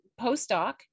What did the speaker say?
postdoc